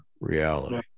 reality